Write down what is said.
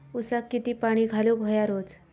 ऊसाक किती पाणी घालूक व्हया रोज?